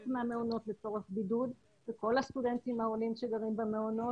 מהמעונות לצורך בידוד וכל הסטודנטים העולים שגרים במעונות